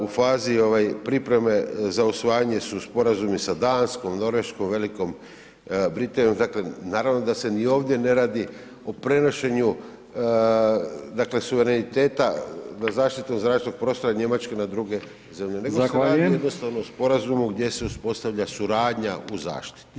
U fazi ovaj pripreme za usvajanje su sporazumi sa Danskom, Norveškom, Velikom Britanijom, dakle naravno da se ni ovdje ne radi o prenošenju dakle suvereniteta da zaštitu zračnog prostora Njemačke na druge zemlje, nego se radi [[Upadica: Zahvaljujem.]] jednostavno o sporazumu gdje se uspostavlja suradnja u zaštiti.